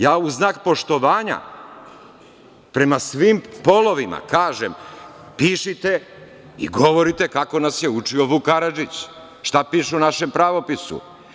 Ja u znak poštovanja prema svim polovima kažem – pišite i govorite kako nas je učio Vuk Karadžić, šta piše u našem pravopisu.